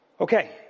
Okay